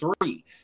three